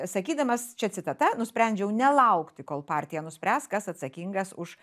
sakydamas čia citata nusprendžiau nelaukti kol partija nuspręs kas atsakingas už